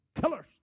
killers